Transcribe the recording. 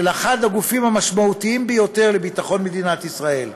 אחד הגופים המשמעותיים ביותר לביטחון מדינת ישראל.